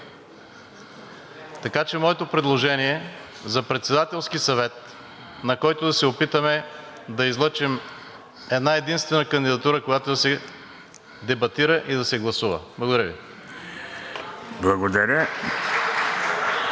Така че моето предложение е за Председателски съвет, на който да се опитаме да излъчим една-единствена кандидатура, която да се дебатира и да се гласува. Благодаря Ви.